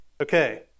Okay